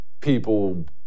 people